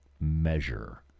measure